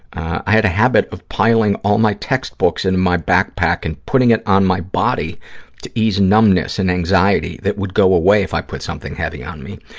i had a habit of piling all my textbooks in my backpack and putting it on my body to ease numbness and anxiety that would go away if i put something heavy on me.